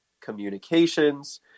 communications